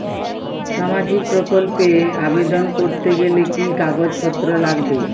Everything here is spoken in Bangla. সামাজিক প্রকল্প এ আবেদন করতে গেলে কি কাগজ পত্র লাগবে?